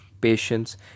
patience